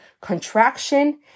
contraction